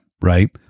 right